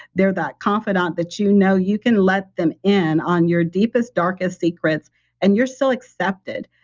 they're that confidant that you know you can let them in on your deepest darkest secrets and you're still accepted.